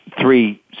three